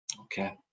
okay